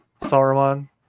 Saruman